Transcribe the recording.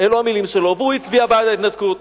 והוא הצביע בעד ההתנתקות.